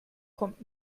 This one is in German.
kommt